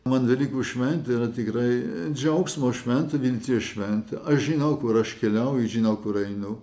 man velykų šventė yra tikrai džiaugsmo šventė vilties šventė aš žinau kur aš keliauju žinau kur einu